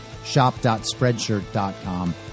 shop.spreadshirt.com